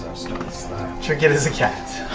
trinket is a cat.